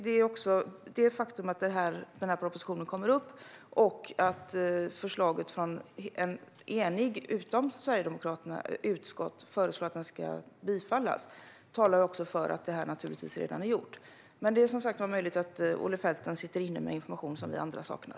Det faktum att den här propositionen kommer upp och att ett enigt utskott förutom Sverigedemokraterna föreslår att den ska bifallas talar för att detta redan är gjort. Men det är som sagt möjligt att Olle Felten sitter inne med information som vi andra saknar.